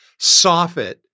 soffit